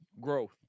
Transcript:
Growth